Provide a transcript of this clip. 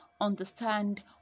understand